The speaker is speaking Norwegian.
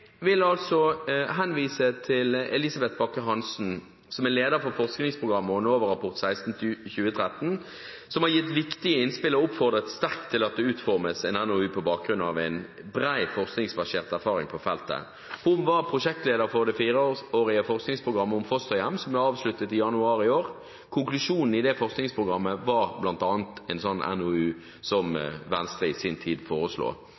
vil henvise til Elisabeth Backe-Hansen, som er leder for forskningsprogrammet og NOVA Rapport 16/2013, som har gitt viktige innspill og oppfordret sterkt til at det utformes en NOU på bakgrunn av en bred, forskningsbasert erfaring på feltet. Hun var prosjektleder for det fireårige forskningsprogrammet om fosterhjem, som ble avsluttet i januar i år, og konklusjonen i det forskningsprogrammet var bl.a. en slik NOU som Venstre i sin tid